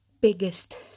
biggest